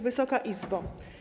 Wysoka Izbo!